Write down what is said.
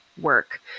work